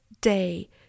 day